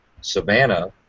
savannah